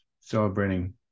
celebrating